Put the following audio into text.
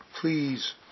Please